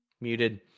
Muted